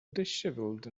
dishevelled